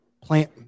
plant